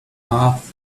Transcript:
off